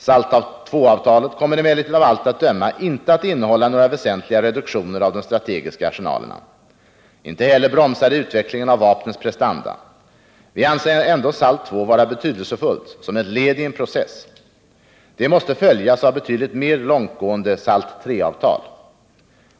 SALT II-avtalet kommer emellertid av allt att döma inte att innehålla några väsentliga reduktioner av de strategiska arsenalerna. Inte heller bromsar det utvecklingen av vapnens prestanda. Vi anser ändå SALT II vara betydelsefullt som ett led i en process. Det måste följas av ett betydligt mer långtgående SALT III-avtal.